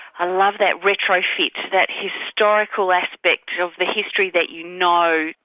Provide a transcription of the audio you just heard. i love that retro fit, that historical aspect of the history that you know,